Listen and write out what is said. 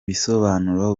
bisobanuro